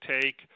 take